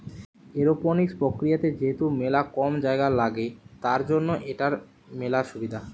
aeroponics প্রক্রিয়াতে যেহেতু মেলা কম জায়গা লাগে, তার জন্য এটার মেলা সুবিধা